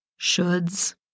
shoulds